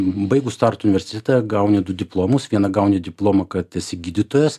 baigus tartu universitetą gauni du diplomus vieną gauni diplomą kad esi gydytojas